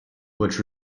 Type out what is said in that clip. which